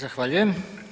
Zahvaljujem.